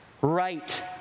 right